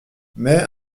mais